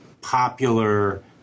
popular